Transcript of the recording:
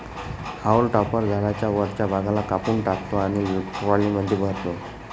haulm topper झाडाच्या वरच्या भागाला कापून टाकतो आणि ट्रॉलीमध्ये भरतो